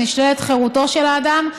כשנשללת חירותו של האדם,